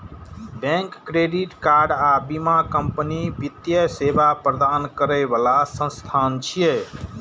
bank, credit card आ बीमा company वित्तीय सेवा प्रदान करै बला संस्थान छियै